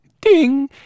Ding